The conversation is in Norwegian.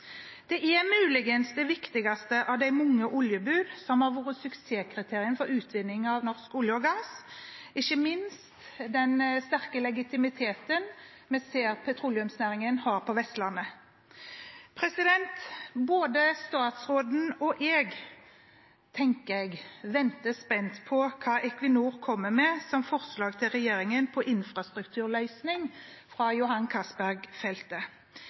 Det er muligens det viktigste av de mange oljebud som har vært suksesskriteriene for utvinning av norsk olje og gass, ikke minst den sterke legitimiteten vi ser petroleumsnæringen har på Vestlandet. Jeg tenker både statsråden og jeg venter spent på hva Equinor kommer med som forslag til regjeringen på infrastrukturløsning for Johan